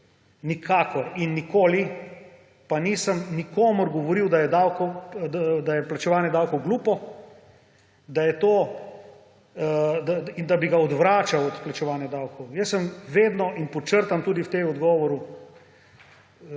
Nikakor in nikoli pa nisem nikomur govoril, da je plačevanje davkov glupo in da bi ga odvračal od plačevanja davkov. Jaz sem vedno – in podčrtam tudi v tem odgovoru